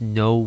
no